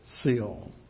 seal